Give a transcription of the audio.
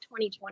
2020